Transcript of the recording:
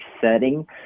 setting